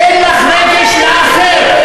אין לך רגש לאחר.